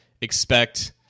expect